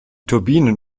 turbinen